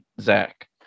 Zach